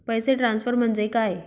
पैसे ट्रान्सफर म्हणजे काय?